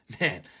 Man